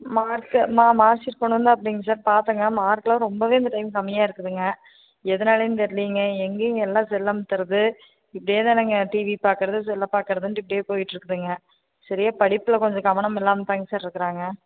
mark மா mark sheet கொண்டு வந்தாப்லைங்க சார் பார்த்தேங்க மார்க் எல்லாம் ரொம்பவே இந்த டைம் கம்மியாக இருக்குதுங்க எதுனாலைன்னு தெரிலைங்க எங்கேங்க எல்லாம் செல் அமுத்துறது இப்படியே தானங்க டிவி பார்க்கறது செல்லை பார்க்கறதுன்ட்டு இப்படியே போயிகிட்டு இருக்குதுங்க சரியாக படிப்பில் கொஞ்சம் கவனமில்லாமல் தாங்க சார் இருக்குறாங்க